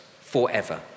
forever